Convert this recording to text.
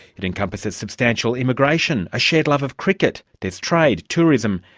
it encompasses substantial immigration, a shared love of cricket, there is trade, tourism,